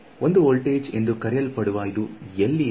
1 voltage ಎಂದು ಕರೆಯಲ್ಪಡುವ ಇದು ಎಲ್ಲಿದೆ